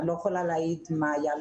אני לא יכולה להעיד מה היה לפניי,